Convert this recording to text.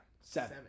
seven